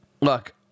look